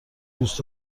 دوست